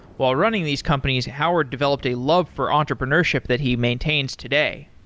while running these companies, howard developed a love for entrepreneurship that he maintains today.